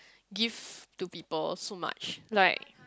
give to people so much right